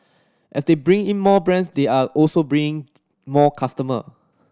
as they bring in more brands they are also bring more customer